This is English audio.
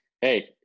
Hey